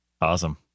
awesome